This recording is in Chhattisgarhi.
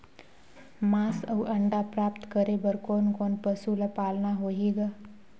मांस अउ अंडा प्राप्त करे बर कोन कोन पशु ल पालना होही ग?